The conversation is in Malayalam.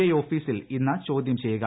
ഐ ഓഫീസിൽ ഇന്ന് ചോദ്യം ചെയ്യുക